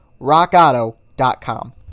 rockauto.com